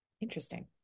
Interesting